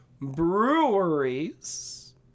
breweries